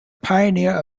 pioneer